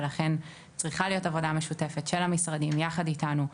ולכן צריכה להיות עבודה משותפת של המשרדים ביחד איתנו.